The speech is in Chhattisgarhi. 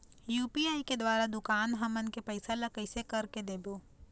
यू.पी.आई के द्वारा दुकान हमन के पैसा ला कैसे कर के देबो?